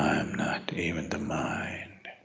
not even the mind.